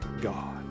God